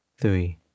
three